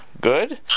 Good